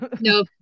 No